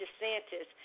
DeSantis